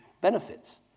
benefits